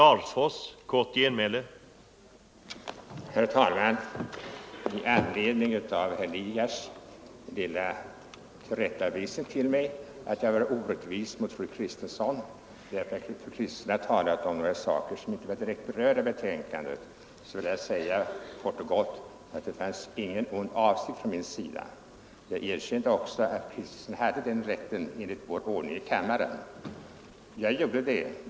Herr talman! Herr Lidgard gav mig en liten tillrättavisning för att jag var orättvis mot fru Kristensson när jag sade att hon tog upp frågor som inte var direkt berörda i betänkandet. Jag vill kort och gott säga att det fanns ingen ond avsikt från min sida. Jag erkände också att fru Kristensson enligt kammarens ordning hade rätt att göra det.